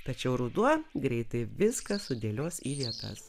tačiau ruduo greitai viską sudėlios į vietas